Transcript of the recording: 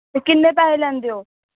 किन्ने पैसे लैंदे हो